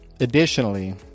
Additionally